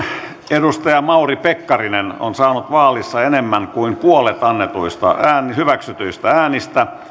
edustaja mauri pekkarinen on saanut vaalissa enemmän kuin puolet annetuista hyväksytyistä äänistä